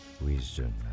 Wisdom